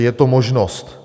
Je to možnost.